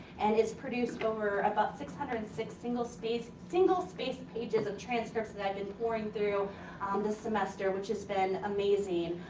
and it's produced over about six hundred and six single-spaced single-spaced pages of transcripts that i've been pouring through um this semester, which has been amazing.